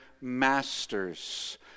masters